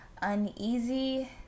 uneasy